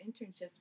internships